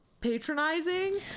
patronizing